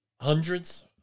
hundreds